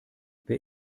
wer